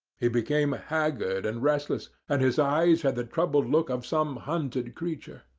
he became haggard and restless, and his eyes had the troubled look of some hunted creature.